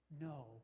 no